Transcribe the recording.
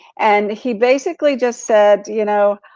and he basically just said, you know